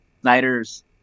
Snyder's